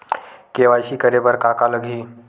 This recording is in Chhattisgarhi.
के.वाई.सी करे बर का का लगही?